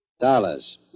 Dollars